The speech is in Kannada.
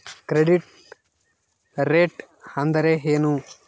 ಕ್ರೆಡಿಟ್ ರೇಟ್ ಅಂದರೆ ಏನು?